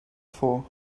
for